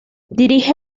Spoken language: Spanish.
dirige